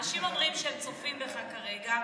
אנשים אומרים שהם צופים בך כרגע,